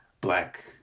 black